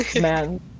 man